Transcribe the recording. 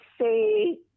say